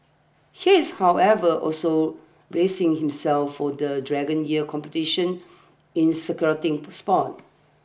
he is however also bracing himself for the Dragon Year competition in securing a spot